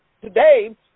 today